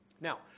Now